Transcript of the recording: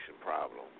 problem